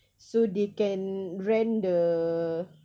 so they can rent the